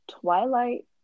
Twilight